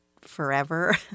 forever